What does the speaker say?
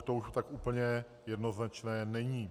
To už tak úplně jednoznačné není.